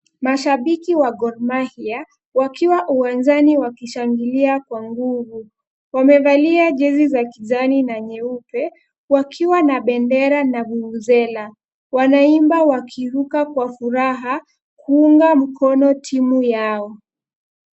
Mashabiki wa Gor Mahia wakiwa uwanjani wakishangilia kwa nguvu. Wamevalia jezi za kijani na nyeupe wakiwa na bendera na vuvuzela . Wanaimba wakiruka kwa furaha kuunga mkono timu yao.